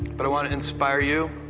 but i want to inspire you,